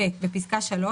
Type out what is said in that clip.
בפסקה (3),